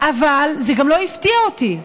אבל זה גם לא הפתיע אותי,